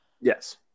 Yes